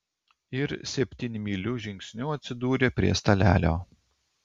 ir septynmyliu žingsniu atsidūrė prie stalelio